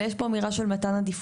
אלא יש פה אמירה של מתן עדיפות.